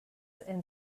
and